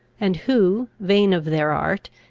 and who, vain of their art,